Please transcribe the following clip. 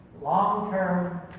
long-term